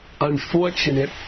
unfortunate